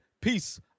Peace